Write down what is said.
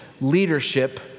leadership